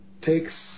takes